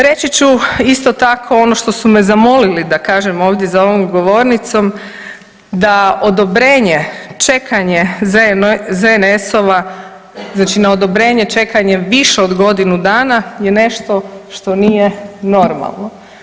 Reći ću isto tako ono što su me zamolili da kažem ovdje za ovom govornicom, da odobrenje, čekanje ZNS-ova znači na odobrenje čekanje više od godinu dana je nešto što nije normalno.